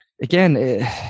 Again